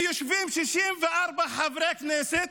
ויושבים 64 חברי כנסת